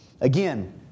Again